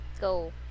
go